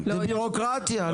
זו בירוקרטיה.